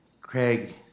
Craig